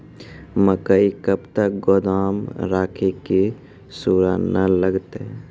मकई कब तक गोदाम राखि की सूड़ा न लगता?